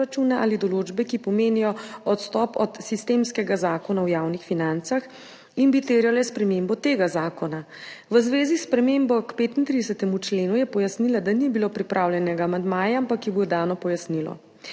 ali določbe, ki pomenijo odstop od sistemskega Zakona o javnih financah in bi terjale spremembo tega zakona. V zvezi s spremembo k 35. členu je pojasnila, da ni bilo pripravljenega amandmaja, ampak je bilo dano pojasnilo.